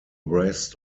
rest